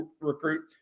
recruit